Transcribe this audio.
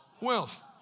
Wealth